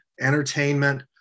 entertainment